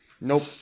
Nope